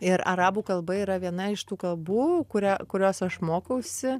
ir arabų kalba yra viena iš tų kalbų kurią kurios aš mokausi